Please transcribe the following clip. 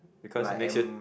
because it makes you